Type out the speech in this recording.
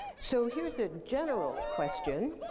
so here's a general question,